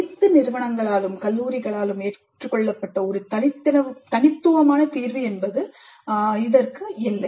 அனைத்தின் நிறுவனங்களாலும் ஏற்றுக்கொள்ளப்பட்ட ஒரு தனித்துவமான தீர்வு இல்லை